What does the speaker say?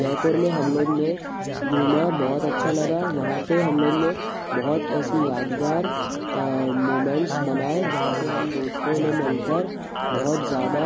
जयपुर में हम लोग ने घूमा बहुत अच्छा लगा वहाँ पे हम लोग ने बहुत ऐसी यादगार मोमेंट्स बनाएँ जहाँ हम दोस्तों ने मिलकर बहुत ज़्यादा